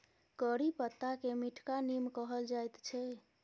करी पत्ताकेँ मीठका नीम कहल जाइत छै